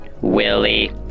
Willie